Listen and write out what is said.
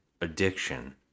addiction